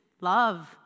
love